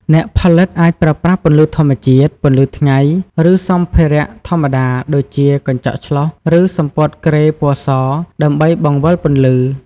អ្នកផលិតអាចប្រើប្រាស់ពន្លឺធម្មជាតិ ពន្លឺថ្ងៃ ឬសម្ភារៈធម្មតាដូចជាកញ្ចក់ឆ្លុះឬសំពត់គ្រែពណ៌សដើម្បីបង្វិលពន្លឺ។